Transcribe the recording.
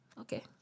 Okay